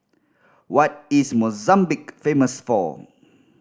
what is Mozambique famous for